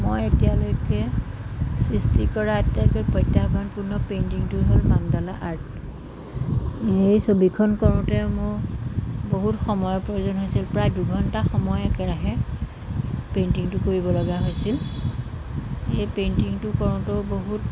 মই এতিয়ালৈকে সৃষ্টি কৰা আটাইতকৈ প্ৰত্যাহ্বানপূৰ্ণ পেইণ্টিংটো হ'ল মান্দালা আৰ্ট এই ছবিখন কৰোঁতে মোৰ বহুত সময়ৰ প্ৰয়োজন হৈছিল প্ৰায় দুঘণ্টা সময় একেৰাহে পেইণ্টিংটো কৰিবলগা হৈছিল এই পেইণ্টিংটো কৰোঁতেও বহুত